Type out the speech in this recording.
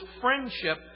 friendship